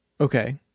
Okay